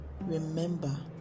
Remember